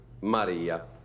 Maria